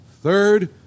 Third